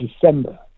December